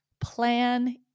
plan